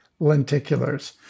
lenticulars